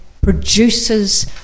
produces